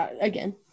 again